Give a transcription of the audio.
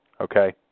okay